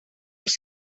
els